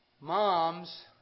Moms